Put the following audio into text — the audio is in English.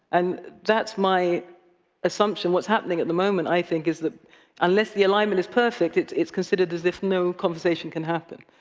and that's my assumption, what's happening at the moment, i think, is that unless the alignment is perfect, it's it's considered as if no conversation can happen.